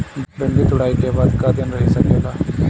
भिन्डी तुड़ायी के बाद क दिन रही सकेला?